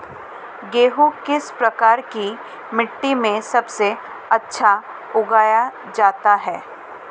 गेहूँ किस प्रकार की मिट्टी में सबसे अच्छा उगाया जाता है?